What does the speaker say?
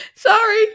Sorry